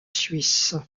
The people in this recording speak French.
suisse